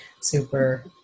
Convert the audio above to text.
super